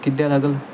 किती द्यावा लागेल